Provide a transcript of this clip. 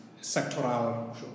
sectoral